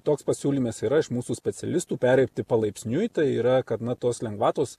toks pasiūlymas yra iš mūsų specialistų pereiti palaipsniui tai yra kad na tos lengvatos